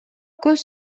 көз